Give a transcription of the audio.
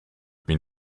been